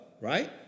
right